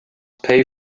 pay